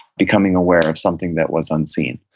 becoming aware of something that was unseen